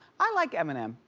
i like eminem.